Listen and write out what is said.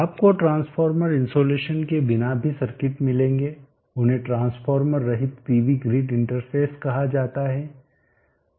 आपको transformer insulation के बिना भी सर्किट मिलेंगे उन्हें ट्रांसफार्मर रहित पीवी ग्रिड इंटरफ़ेस कहा जाता है